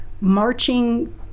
marching